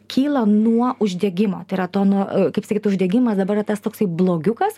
kyla nuo uždegimo tai yra to nuo kaip sakyt uždegimas dabar yra tas toksai blogiukas